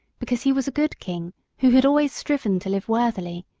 because he was a good king who had always striven to live worthily,